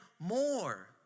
more